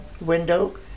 window